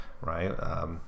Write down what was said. right